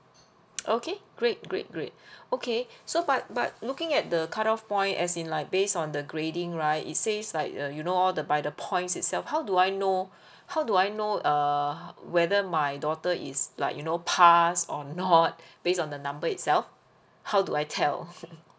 okay great great great okay so but but looking at the cut off point as in like based on the grading right it says like uh you know all the by the points itself how do I know how do I know uh whether my daughter is like you know pass or not based on the number itself how do I tell